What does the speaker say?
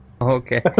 okay